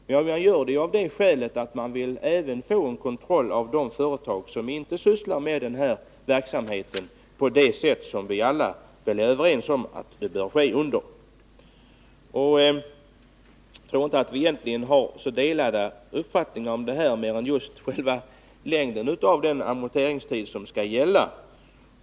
Man gör det av det skälet att man även vill få en kontroll av de företag som inte driver denna verksamhet på ett sådant sätt som vi väl alla är överens om att den bör drivas på. Jag tror inte att vi egentligen har delade uppfattningar mer än just i fråga om längden av den amorteringstid som skall gälla.